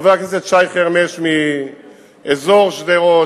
חבר הכנסת שי חרמש מאזור שדרות,